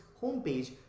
homepage